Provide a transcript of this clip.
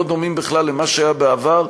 לא דומים בכלל למה שהיה בעבר,